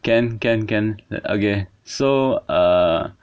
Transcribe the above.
can can can okay so uh